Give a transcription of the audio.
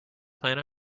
plan